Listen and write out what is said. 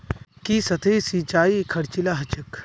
की सतही सिंचाई खर्चीला ह छेक